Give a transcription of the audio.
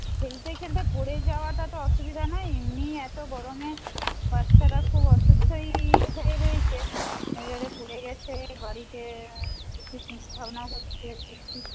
খেলতে খেলতে পড়ে যাওয়াটা তো অসুবিধা নয় এমনিই এত গরমে বাচ্চারা খুব অসুস্থই হয়ে রয়েছে এবারে পড়ে গেছে বাড়িতে একটু চিন্তা ভাবনাও হচ্ছে দেখছি